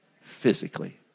physically